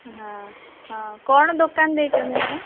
ହଁ ହଁ କଣ ଦୋକାନ ଦେଇଛନ୍ତି ମ୍ୟାଡ଼ାମ